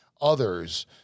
others